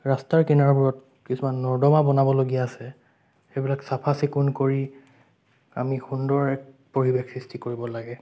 ৰাস্তাৰ কিনাৰবোৰত কিছুমান নৰ্দমা বনাবলগীয়া আছে সেইবিলাক চাফা চিকুণ কৰি আমি সুন্দৰ এক পৰিৱেশ সৃষ্টি কৰিব লাগে